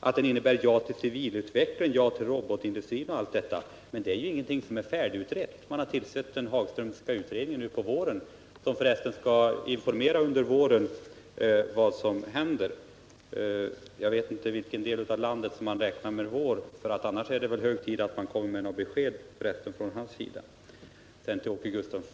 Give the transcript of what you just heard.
Att den innebär ett ja till civil utveckling, ett ja till robotindustrin och allt detta betyder inte att dessa saker är färdigutredda. Man har tillsatt den Hagströmska utredningen nu på våren — som förresten under våren skall informera om vad som händer. Jag vet inte i vilken del av landet det är som man räknar med att det är vår, det är kanske hög tid att man kommer med något besked även om detta. Sedan till Åke Gustavsson!